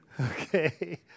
Okay